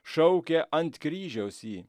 šaukė ant kryžiaus jį